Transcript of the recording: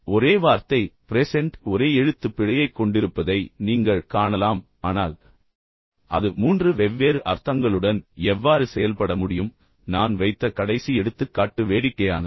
ஒரே வார்த்தை ப்ரெசென்ட் ஒரே எழுத்துப்பிழையை கொண்டிருப்பதை நீங்கள் காணலாம் ஆனால் அது மூன்று வெவ்வேறு அர்த்தங்களுடன் எவ்வாறு செயல்பட முடியும் மற்றும் நீங்கள் அதை மீண்டும் பார்த்தால் நான் வைத்த கடைசி எடுத்துக்காட்டு வேடிக்கையானது